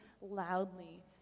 loudly